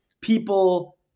people